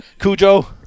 Cujo